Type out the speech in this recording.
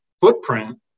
footprint